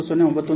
ಆದ್ದರಿಂದ ಇದು 0